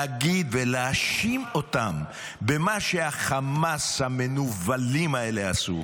להגיד ולהאשים אותם במה שחמאס המנוולים האלה עשו,